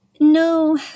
no